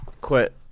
Quit